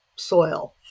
soil